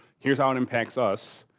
here's how it impacts us.